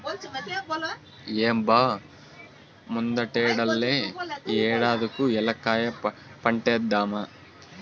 ఏం బా ముందటేడల్లే ఈ ఏడాది కూ ఏలక్కాయ పంటేద్దామా